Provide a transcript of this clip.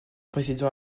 président